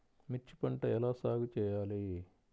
మిర్చి పంట ఎలా సాగు చేయాలి?